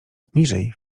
niżej